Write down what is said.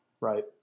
Right